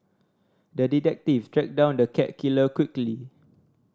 the detective tracked down the cat killer quickly